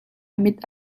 mit